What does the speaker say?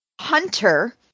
Hunter